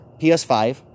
PS5